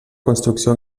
construcció